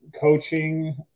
coaching